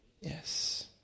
Yes